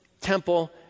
temple